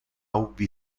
ubi